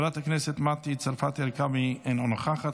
חברת הכנסת מטי צרפתי הרכבי אינה נוכחת,